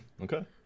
Okay